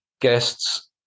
guests